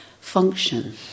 function